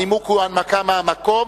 הנימוק הוא בהנמקה מהמקום,